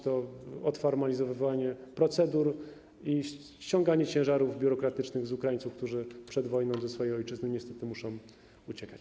To odformalizowanie procedur i ściąganie ciężarów biurokratycznych z Ukraińców, którzy przed wojną ze swojej ojczyzny niestety muszą uciekać.